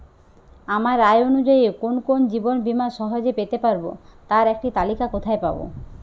আমার আয় অনুযায়ী কোন কোন জীবন বীমা সহজে পেতে পারব তার একটি তালিকা কোথায় পাবো?